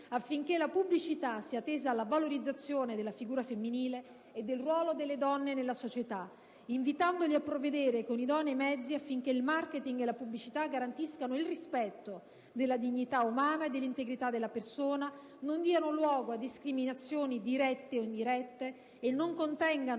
affinché la pubblicità sia tesa alla valorizzazione della figura femminile e del ruolo delle donne nella società, invitandoli a provvedere con idonei mezzi affinché il *marketing* e la pubblicità garantiscano il rispetto della dignità umana e dell'integrità della persona, non diano luogo a discriminazioni dirette o indirette e non contengano